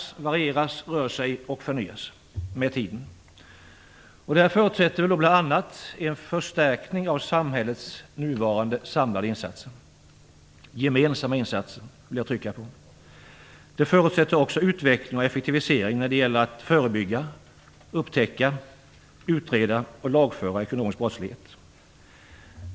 Den varierar, rör sig och förnyas med tiden. Det förutsätter bl.a. en förstärkning av samhällets nuvarande gemensamma insatser. Det förutsätter också utveckling och effektivisering när det gäller att förebygga, upptäcka, utreda och lagföra ekonomisk brottslighet.